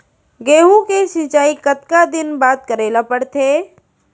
गेहूँ के सिंचाई कतका दिन बाद करे ला पड़थे?